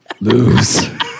lose